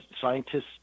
scientists